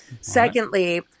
Secondly